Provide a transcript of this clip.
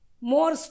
more